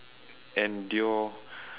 endure